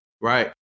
Right